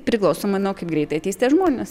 priklausomai nuo kaip greitai ateis tie žmonės